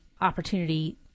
opportunity